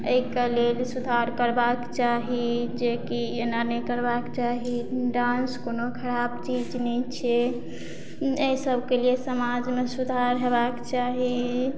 अइके लेल सुधार करबाक चाही जेकि एना नहि करबाक चाही डान्स कोनो खराब चीज नहि छै अइ सबके लिए समाजमे सुधार हेबाक चाही